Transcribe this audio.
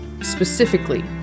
specifically